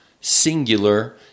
singular